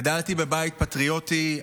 גדלתי בבית פטריוטי.